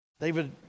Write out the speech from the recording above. David